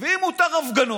אם מותר הפגנות,